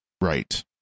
Right